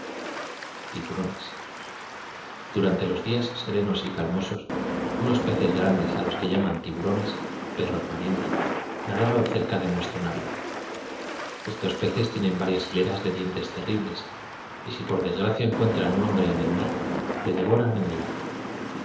tiburones durante los días serenos y calmosos unos peces grandes a los que llaman tiburones perros marinos nadaban cerca de nuestro navio estos peces tienen varias hileras de dientes terribles y si por desgracia encuentran un hombre en el mar le devoran en el acto